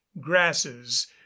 grasses